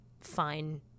fine